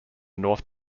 north